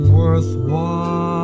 worthwhile